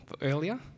earlier